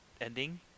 ending